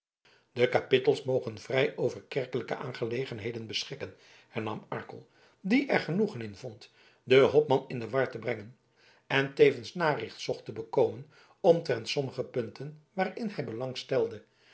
de kapittels mogen vrij over kerkelijke aangelegenheden beschikken hernam arkel die er genoegen in vond den hopman in de war te brengen en tevens naricht zocht te bekomen omtrent sommige punten waarin hij